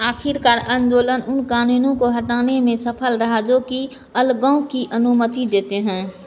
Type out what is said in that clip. आखिरकार आंदोलन उन कानूनों को हटाने में सफल रहा जोकि अलगाव की अनुमति देते हैं